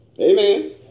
Amen